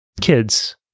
kids